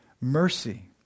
mercy